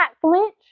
flinch